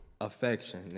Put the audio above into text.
Affection